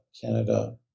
Canada